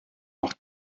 noch